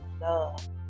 love